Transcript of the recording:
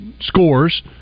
scores